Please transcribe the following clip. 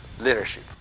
leadership